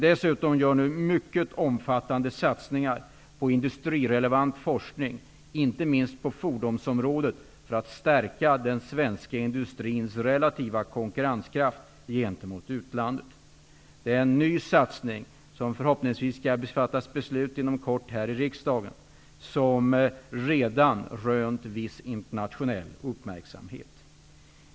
Dessutom gör vi nu mycket omfattande satsningar på industrirelevant forskning, inte minst på fordonsområdet, för att stärka den svenska industrins relativa konkurrenskraft gentemot utlandet. Det är en ny satsning som det inom kort förhoppningsvis skall fattas beslut om här i riksdagen och som redan har rönt en viss internationell uppmärksamhet.